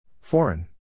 Foreign